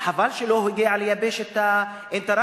חבל שלא הגיע ליבשת אנטרקטיקה,